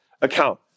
account